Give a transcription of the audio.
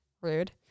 Rude